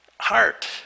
heart